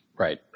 Right